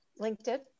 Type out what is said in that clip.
LinkedIn